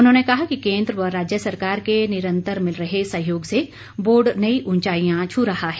उन्होंने कहा कि केन्द्र व राज्य सरकार के निरंतर मिल रहे सहयोग से बोर्ड नई उंचाईयां छू रहा है